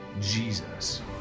Jesus